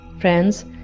Friends